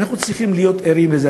אנחנו צריכים להיות ערים לזה.